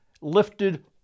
lifted